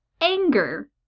anger